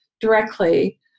directly